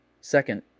Second